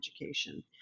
education